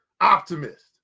optimist